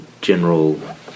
general